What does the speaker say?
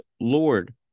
Lord